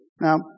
Now